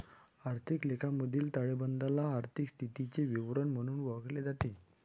आर्थिक लेखामधील ताळेबंदाला आर्थिक स्थितीचे विवरण म्हणूनही ओळखले जाते